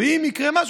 ואם יקרה משהו,